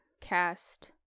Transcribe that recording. cast